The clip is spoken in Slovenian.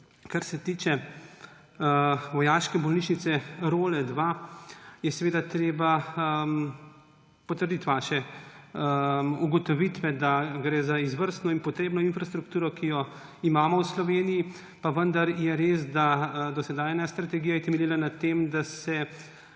Kar se tiče vojaške bolnišnice Role 2, je treba potrditi vaše ugotovitve, da gre za izvrstno in potrebno infrastrukturo, ki jo imamo v Sloveniji, pa vendar je res, da dosedanja strategija je temeljila na tem, da se